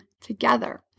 together